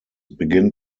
begin